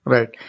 Right